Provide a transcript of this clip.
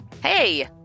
Hey